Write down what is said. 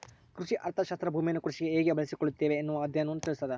ಕೃಷಿ ಅರ್ಥಶಾಸ್ತ್ರ ಭೂಮಿಯನ್ನು ಕೃಷಿಗೆ ಹೇಗೆ ಬಳಸಿಕೊಳ್ಳುತ್ತಿವಿ ಎನ್ನುವ ಅಧ್ಯಯನವನ್ನು ತಿಳಿಸ್ತಾದ